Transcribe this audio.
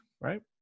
right